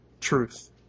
truth